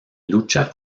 lucha